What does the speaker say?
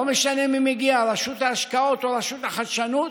לא משנה מי מגיע, רשות ההשקעות או רשות החדשנות,